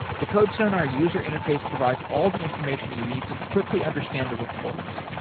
the codesonar user interface provides all the information that you need to quickly understand the reports.